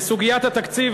בסוגיית התקציב,